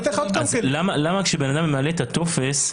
למה כשבן אדם ממלא את הטופס,